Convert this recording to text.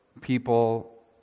people